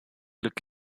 look